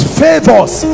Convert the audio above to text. favors